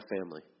family